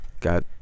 Got